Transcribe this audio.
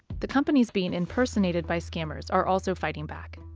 the companies being impersonated by scammers are also fighting back.